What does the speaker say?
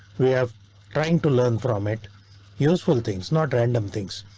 we have trying to learn from it useful things, not random things.